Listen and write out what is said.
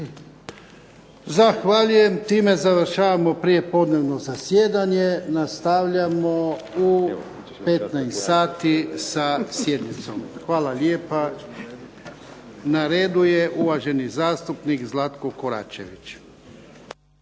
Zahvaljujem. Time završavamo prijepodnevno zasjedanje, nastavljamo u 15 sati sa sjednicom. Na redu je uvaženi kolega Zlatko Koračević.